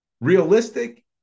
Realistic